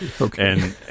Okay